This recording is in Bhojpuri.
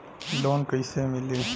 लोन कईसे मिली?